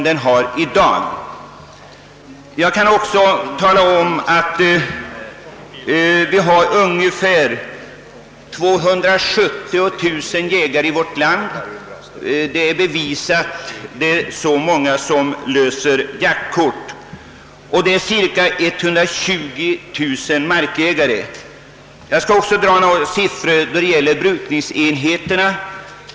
Det övervägande antalet jägare, cirka 150 000, äger alltså inte någon mark. Det betydde kanske inte så mycket för 50 år sedan, då jakträtten inte hade samma värde som nu. Jag skall också anföra några siffror beträffande brukningsenheterna.